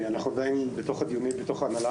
אנחנו עדיין במהלך הדיונים בתוך ההנהלה,